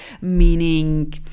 Meaning